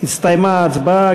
הסתיימה ההצבעה.